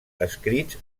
escrits